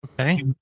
Okay